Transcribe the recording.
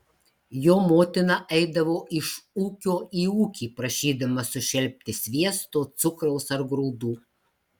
jo motina eidavo iš ūkio į ūkį prašydama sušelpti sviesto cukraus ar grūdų